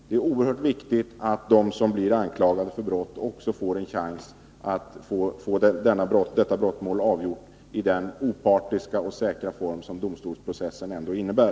Det är oerhört viktigt att de som blir anklagade för brott också har en chans att få brottmålet avgjort i den opartiska och säkra form som domstolsprocessen ändå innebär.